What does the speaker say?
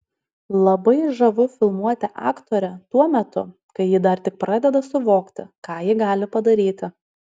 labai žavu filmuoti aktorę tuo metu kai ji dar tik pradeda suvokti ką ji gali padaryti